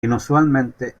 inusualmente